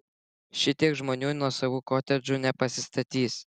šitiek žmonių nuosavų kotedžų nepasistatys